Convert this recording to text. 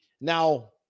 Now